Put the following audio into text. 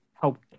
help